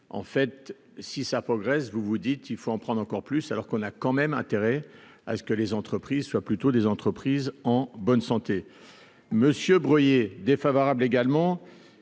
en fait, si ça progresse, vous vous dites qu'il faut en prendre encore plus, alors qu'on a quand même intérêt à ce que les entreprises soient plutôt des entreprises en bonne santé, monsieur Bruillet défavorable également